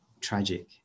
tragic